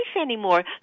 anymore